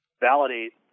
validate